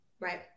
Right